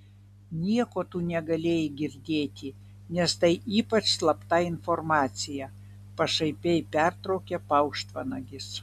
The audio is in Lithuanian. nieko tu negalėjai girdėti nes tai ypač slapta informacija pašaipiai pertraukė paukštvanagis